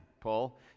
Paul